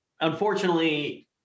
Unfortunately